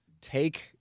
take